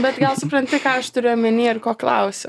bet supranti ką aš turiu omeny ir ko klausiu